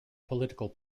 political